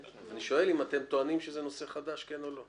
אני שואל אם אתם טוענים שזה נושא חדש, כן או לא.